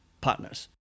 partners